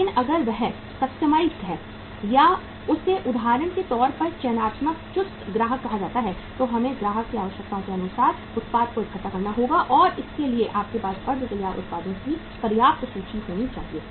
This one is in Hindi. लेकिन अगर वह कस्टमाइज्ड है या उसे उदाहरण के तौर पर चयनात्मक चुस्त ग्राहक कहा जाता है तो हमें ग्राहक की आवश्यकताओं के अनुसार उत्पाद को इकट्ठा करना होगा और इसके लिए हमारे पास अर्ध तैयार उत्पादों की पर्याप्त सूची होनी चाहिए